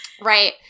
Right